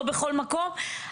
לא בכל מקום,